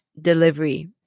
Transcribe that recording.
delivery